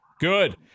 Good